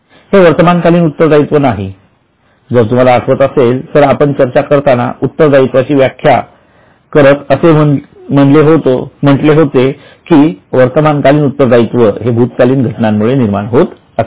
हे वर्तमान कालीन उत्तर दायित्व नाही जर तुम्हाला आठवत असेल तर आपण चर्चा करताना उत्तरदायित्वाची व्याख्या करताना असे म्हणले होते की वर्तमान कालीन उत्तर दायित्व हे भूतकालीन घटनांमुळे निर्माण होत असते